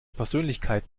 persönlichkeit